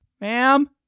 Ma'am